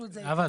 נאוה,